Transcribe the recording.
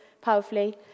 powerfully